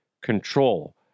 control